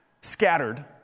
scattered